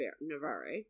navarre